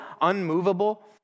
unmovable